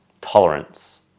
tolerance